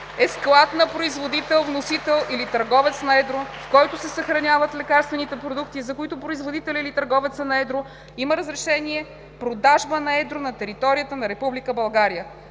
е склад на производител, вносител или търговец на едро, в който се съхраняват лекарствените продукти, за които производителят или търговецът на едро има разрешение за продажба на едро на територията на